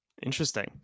Interesting